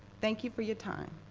thank you for your time.